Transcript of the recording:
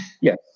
yes